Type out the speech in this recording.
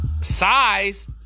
size